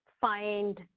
find